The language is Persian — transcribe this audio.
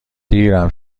دیرم